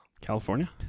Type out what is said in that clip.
California